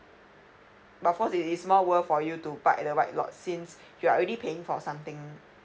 but of course it is more worth for you to park at the white lot since you are already paying for something